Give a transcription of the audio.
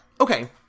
Okay